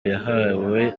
yahawe